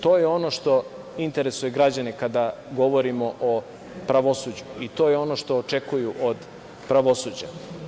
To je ono što interesuje građane kada govorimo o pravosuđu i to je ono što očekuju od pravosuđa.